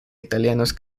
italianos